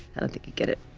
i don't think you'd get it.